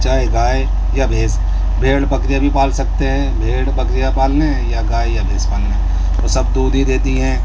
چاہے گائے یا بھینس بھیڑ بکریاں بھی پال سکتے ہیں بھیڑ بکریاں پال لیں یا گائے یا بھینس پال لیں تو سب دودھ ہی دیتی ہیں